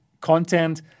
content